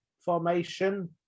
formation